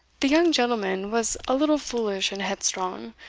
the young gentleman was a little foolish and headstrong,